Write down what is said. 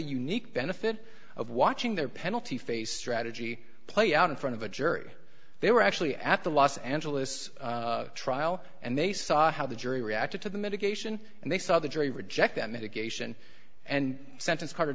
unique benefit of watching their penalty phase strategy play out in front of a jury they were actually at the los angeles trial and they saw how the jury reacted to the mitigation and they saw the jury reject that mitigation and sentence